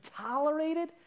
tolerated